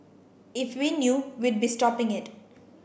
if we knew we'd be stopping it